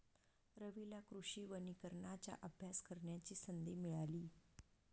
रवीला कृषी वनीकरणाचा अभ्यास करण्याची संधी मिळाली